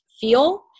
feel